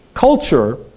culture